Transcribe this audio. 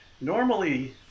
normally